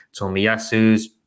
Tomiyasu's